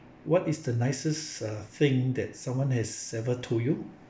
what is the nicest uh thing that someone has ever told you